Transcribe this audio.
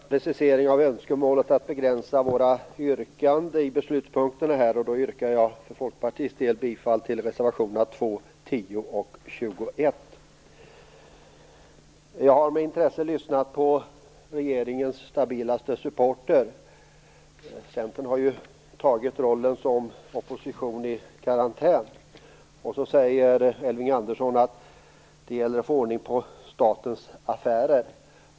Herr talman! Med tanke på önskemålet att vi begränsar våra yrkanden under beslutspunkterna yrkar jag för Folkpartiets del bifall till reservationerna 2, 10 Jag har med intresse lyssnat på regeringens stabilaste supporter. Centern har ju tagit rollen som opposition i karantän. Elving Andersson säger att det gäller att få ordning på statens affärer.